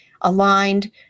aligned